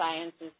sciences